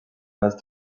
through